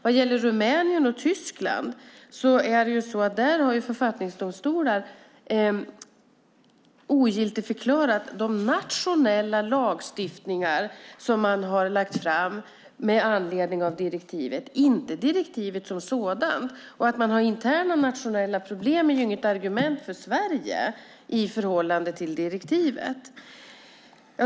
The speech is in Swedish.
Vad gäller Rumänien och Tyskland har författningsdomstolar där ogiltigförklarat de nationella lagstiftningarna med anledning av direktivet, inte direktivet som sådant. Att någon har interna nationella problem är inget argument för Sverige i förhållande till direktivet.